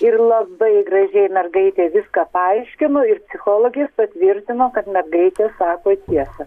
ir labai gražiai mergaitė viską paaiškino ir psichologės patvirtino kad mergaitė sako tiesą